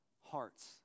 hearts